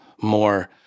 more